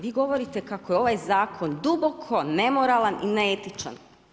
Vi govorite kako je ovaj zakon duboko nemoralan i neetičan.